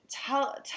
Tell